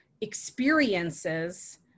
experiences